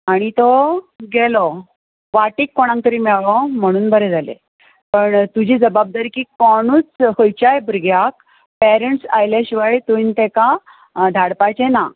तो गेलो वाटेक कोणाक तरी मेळ्ळो म्हणून बरें जालें तुजी जबाबदारी की कोणूच खंयच्याय भुरग्याक पेरंट्स आयले शिवाय तुवें ताका धाडपाचें ना